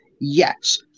Yes